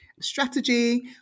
strategy